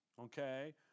okay